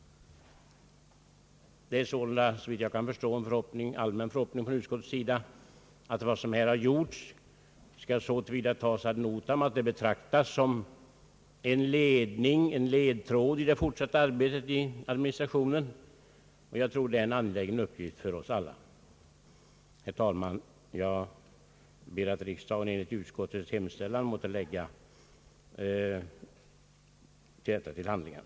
Det är sålunda såvitt jag kan förstå en allmän förhoppning från utskottets sida, att vad som här har gjorts skall så till vida tas ad no tam, att det betraktas som en ledtråd för det fortsatta arbetet i administrationen, och jag tror att det är en angelägen uppgift för oss alla. Herr talman! Jag ber att kammaren enligt utskottets hemställan skall lägga memorialet till handlingarna.